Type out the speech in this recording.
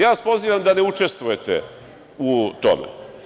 Ja vas pozivam da ne učestvujete u tome.